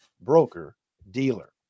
broker-dealer